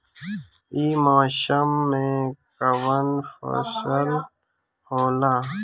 ई मौसम में कवन फसल होला?